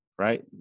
Right